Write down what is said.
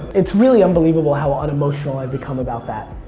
it's really unbelievable how unemotional i've become about that.